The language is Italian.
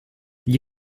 gli